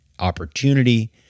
opportunity